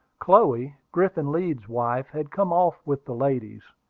chloe, griffin leeds's wife, had come off with the ladies.